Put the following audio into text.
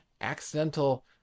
accidental